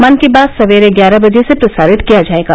मन की बात सवेरे ग्यारह बजे से प्रसारित किया जाएगा